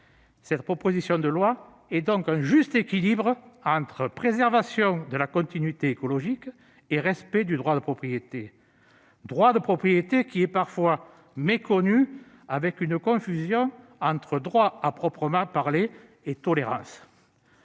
Cette proposition de loi est donc un juste équilibre entre préservation de la continuité écologique et respect du droit de propriété, lequel est parfois méconnu, avec une confusion entre droit à proprement parler et tolérance.